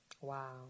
Wow